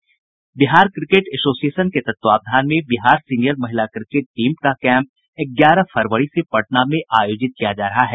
इधर Bihar cricket association के तत्वावधान में बिहार सीनियर महिला क्रिकेट टीम का कैंप ग्यारह फरवरी से पटना में आयोजित किया गया है